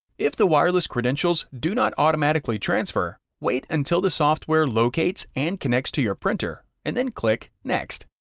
if the wireless credentials do not automatically transfer, wait until the software locates and connects to your printer, and then click next.